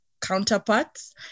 counterparts